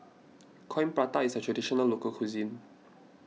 Coin Prata is a Traditional Local Cuisine